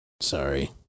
Sorry